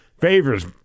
favors